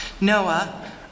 Noah